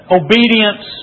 obedience